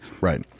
right